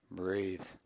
breathe